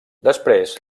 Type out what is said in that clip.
després